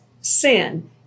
sin